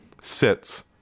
sits